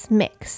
mix